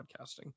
podcasting